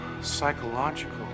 psychological